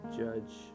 judge